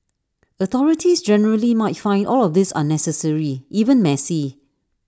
authorities generally might find all of this unnecessary even messy